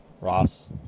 Ross